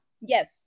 Yes